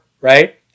right